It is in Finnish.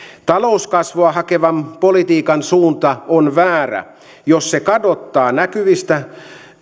talouskasvua hakevan politiikan suunta on väärä jos se kadottaa näkyvistä